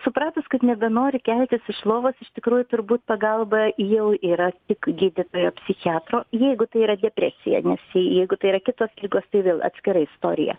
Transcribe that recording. supratus kad nebenori keltis iš lovos iš tikrųjų turbūt pagalba jau yra tik gydytojo psichiatro jeigu tai yra depresija nes jeigu tai yra kitos ligos tai vėl atskira istorija